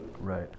Right